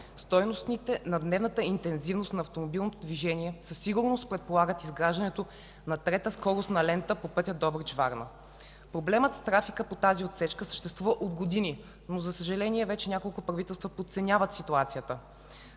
Стойностите на дневната интензивност на автомобилното движение със сигурност предполагат изграждането на трета скоростна лента по пътя Добрич – Варна. Проблемът с трафика по тази отсечка съществува от години, но за съжаление вече няколко правителства подценяват ситуацията.